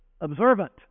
observant